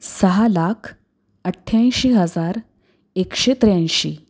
सहा लाख अठ्ठ्याऐंशी हजार एकशे त्र्याऐंशी